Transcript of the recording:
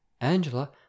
Angela